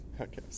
Okay